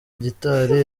gitari